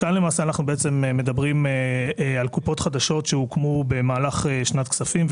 אנחנו מדברים על קופות חדשות שהוקמו במהלך שנת כספים,